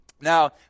Now